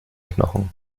knochen